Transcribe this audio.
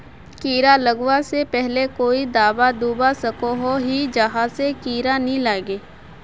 कीड़ा लगवा से पहले कोई दाबा दुबा सकोहो ही जहा से कीड़ा नी लागे?